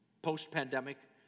Post-pandemic